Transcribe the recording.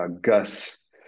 Gus